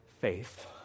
faith